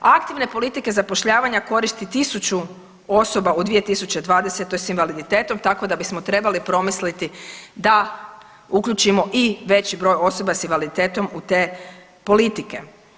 Aktivne politike zapošljavanja koristi 1000 osoba u 2020. s invaliditetom, tako da bismo trebali promisliti da uključimo i veći broj osoba sa invaliditetom u te politike.